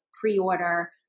pre-order